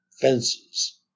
fences